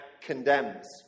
condemns